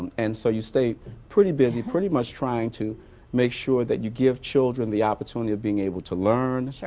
and so you stay pretty busy pretty much trying to make sure that you give children the opportunity of being able to learn,